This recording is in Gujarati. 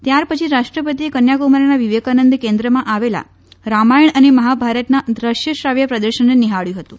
ત્યાર પછી રાષ્ટ્રપતિએ કન્યાકુમારીનાં વિવેકાનંદ કેન્દ્રમાં આવેલા રામાયણ અને મહાભારતના દ્રશ્ય શ્રાવ્ય પ્રદર્શનને નિહાબ્યું હતું